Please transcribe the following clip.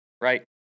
right